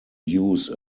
use